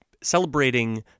celebrating